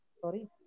Sorry